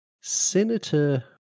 Senator